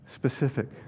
Specific